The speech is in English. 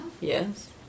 Yes